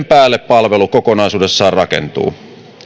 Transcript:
päälle palvelu kokonaisuudessaan rakentuu